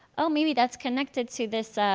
oh maybe that's connected to this